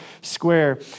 square